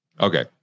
Okay